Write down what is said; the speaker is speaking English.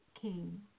King